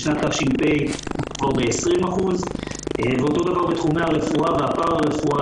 בשנת תש"ף יש כבר 20%. ואותו דבר בתחומי הרפואה והפרה-רפואה,